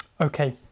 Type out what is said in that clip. Okay